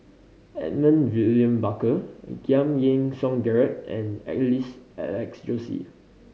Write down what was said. Edmund William Barker Giam Yean Song Gerald and Alex Josey